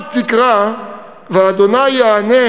אז תקרא וה' יענה,